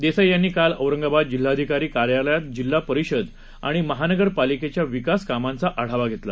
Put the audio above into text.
देसाई यांनी काल औरंगाबाद जिल्हाधिकारी कार्यालयात जिल्हा परिषद आणि महानगरपालिकेच्या विकास कामांचा आढावा घेतला